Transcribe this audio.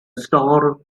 storm